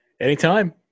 Anytime